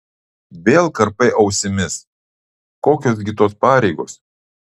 vėl karpai ausimis kokios gi tos pareigos